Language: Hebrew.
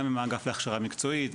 גם עם האגף להכשרה מקצועית,